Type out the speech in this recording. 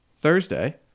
Thursday